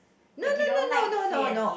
no no no no no